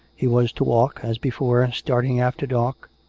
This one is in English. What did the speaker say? he was to walk, as before, starting after dark,